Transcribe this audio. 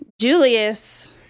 Julius